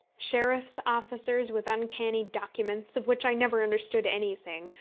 sheriff's officers with uncanny documents, of which i never understood anything,